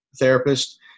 therapist